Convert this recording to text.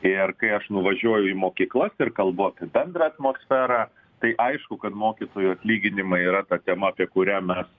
ir kai aš nuvažiuoju į mokyklas ir kalbu apie bendrą atmosferą tai aišku kad mokytojų atlyginimai yra ta tema apie kurią mes